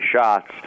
shots